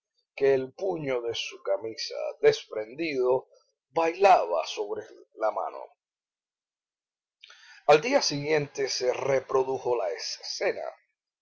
que el puño de su camisa desprendido bailaba sobre la mano al día siguiente se reprodujo la escena